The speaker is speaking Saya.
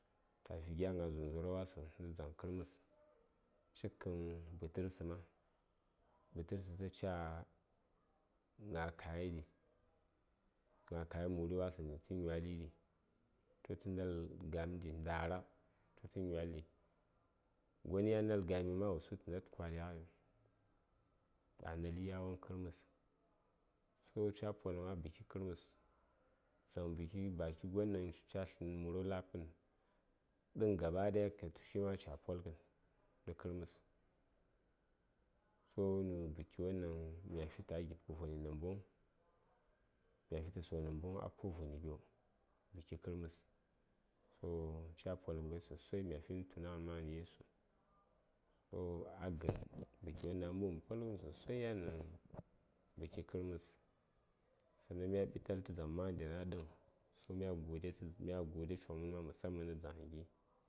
tafi gya gna zonzoro wasəŋ ɗi nə dzaŋ kərməs cik kən bətərsə ma bətərsə ta ca gna kaya ɗi gna kaya muri wasəŋ ɗi tə nywali ɗi toh tə nal ga:m ɗi ɗi nda:ra tə nywal ɗi gon ya nal gani ma wosu tə nad kwali ghaiŋ a naɗi yawon kərməs so c poləm a buki kərməs dzaŋ buki baki gon ɗaŋ ca tlən murghə la:bkən ɗəŋ gaɓa ɗaya ka tushi ma ca polghən nə kərməs so nə buki won ɗaŋ mya fitə a gib kə voni namboŋ mya fitə so namboŋ a ko voni gyo, buki kərməs so ca poləm ghai sosai mya fi nə tunaghən maghən yesu so a gən buki won ɗaŋ mobəm polghən sosai yan nə buki kərməs sanan mya ɓital tə dzaŋ maghənen a ɗəŋ mya gode tə mya gode coŋ mən ma musaman nə dzaŋ gi.